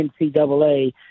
ncaa